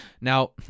Now